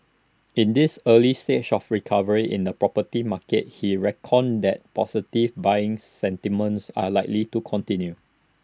in this early stage of recovery in the property market he reckoned that positive buying sentiments are likely to continue